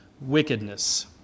wickedness